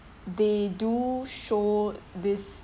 they do show this